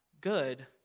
good